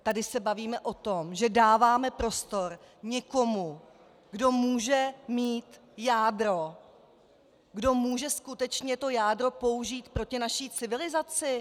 Tady se bavíme o tom, že dáváme prostor někomu, kdo může mít jádro, kdo může skutečně to jádro použít proti naší civilizaci!